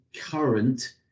current